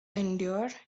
endure